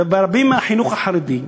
וברבות מהחינוך החרדי,